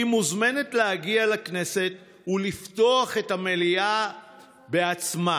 היא מוזמנת להגיע לכנסת ולפתוח את המליאה בעצמה